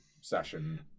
session